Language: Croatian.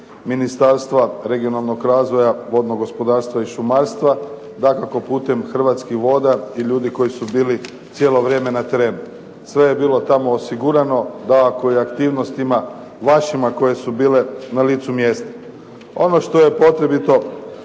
Ministarstva regionalnog razvoja, vodnog gospodarstva i šumarstva, dakako putem Hrvatskih voda i ljudi koji su bili cijelo vrijeme na terenu. Sve je bilo tamo osigurano da kojim aktivnostima vašima koje su bile na licu mjestu. Ono što je potrebito